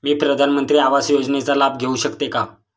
मी प्रधानमंत्री आवास योजनेचा लाभ घेऊ शकते का?